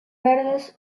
verdes